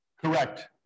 Correct